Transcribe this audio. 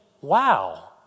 wow